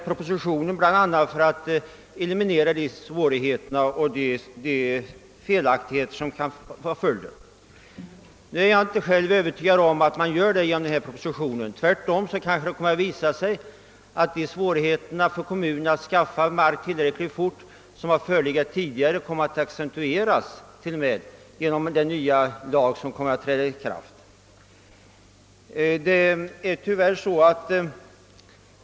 Propositionen har tillkommit för att eliminera de svårigheter och felaktigheter som uppstått, men jag är inte övertygad om att den gör det. Det kommer kanske tvärtom att visa sig att kommunernas tidigare svårigheter att snabbt skaffa sig mark accentueras genom den nya lagen.